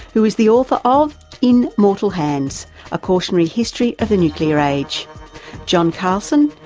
who is the author of in mortal hands a cautionary history of the nuclear age john carlson,